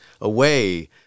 away